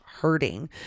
hurting